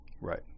Right